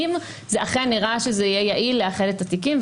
אם זה אכן נראה שזה יהיה יעיל לאחד את התיקים.